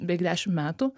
beveik dešim metų